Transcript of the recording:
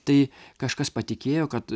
tai kažkas patikėjo kad